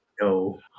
No